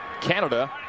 Canada